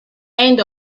end